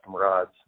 rods